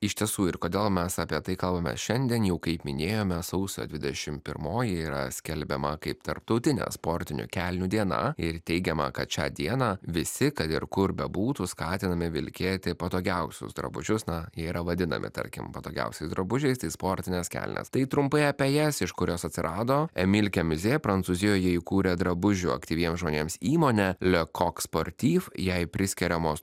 iš tiesų ir kodėl mes apie tai kalbame šiandien jau kaip minėjome sausio dvidešim pirmoji yra skelbiama kaip tarptautinė sportinių kelnių diena ir teigiama kad šią dieną visi kad ir kur bebūtų skatinami vilkėti patogiausius drabužius na jie yra vadinami tarkim patogiausiais drabužiais tai sportines kelnes tai trumpai apie jas iš kur jos atsirado emil kemiuzė prancūzijoje įkūrė drabužių aktyviems žmonėms įmonę le coq sportif jai priskiriamos